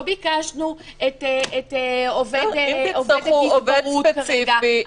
לא ביקשנו עובדת גזברות כרגע,